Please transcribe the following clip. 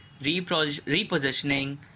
repositioning